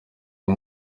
ubu